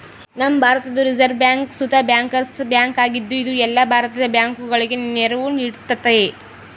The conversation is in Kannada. ನಮ್ಮ ಭಾರತುದ್ ರಿಸೆರ್ವ್ ಬ್ಯಾಂಕ್ ಸುತ ಬ್ಯಾಂಕರ್ಸ್ ಬ್ಯಾಂಕ್ ಆಗಿದ್ದು, ಇದು ಎಲ್ಲ ಭಾರತದ ಬ್ಯಾಂಕುಗುಳಗೆ ನೆರವು ನೀಡ್ತತೆ